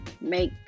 make